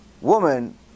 woman